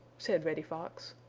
said reddy fox.